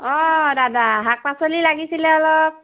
অঁ দাদা শাক পাচলি লাগিছিলে অলপ